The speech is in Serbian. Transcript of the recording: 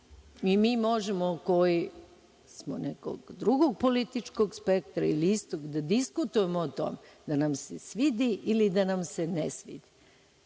i mi možemo, koji smo nekog drugog političkog spektra ili istog, da diskutujemo o tome da nam se svidi ili da nam se ne svidi,